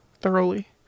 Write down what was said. thoroughly